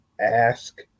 ask